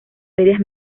ferias